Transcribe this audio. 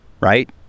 right